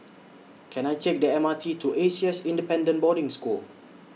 Can I Take The M R T to A C S Independent Boarding School